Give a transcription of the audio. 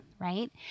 right